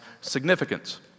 significance